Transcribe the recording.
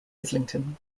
islington